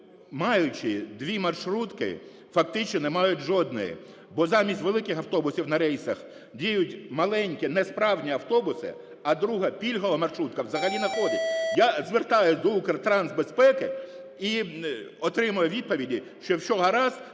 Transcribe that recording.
маючи дві маршрутки, фактично не мають жодної. Бо, замість великих автобусів на рейсах, діють маленькі несправні автобуси, а друга, пільгова маршрутка, взагалі не ходить. Я звертаюсь до Укртрансбезпеки і отримую відповіді, що все гаразд,